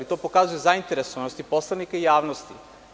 To pokazuje zainteresovanost poslanika i javnosti.